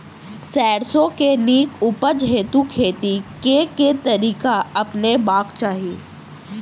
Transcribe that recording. सैरसो केँ नीक उपज हेतु खेती केँ केँ तरीका अपनेबाक चाहि?